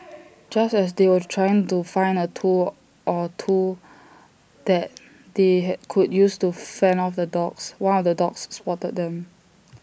just as they were trying to find A tool or two that they could use to fend off the dogs one of the dogs spotted them